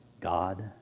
God